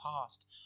past